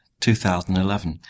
2011